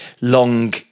long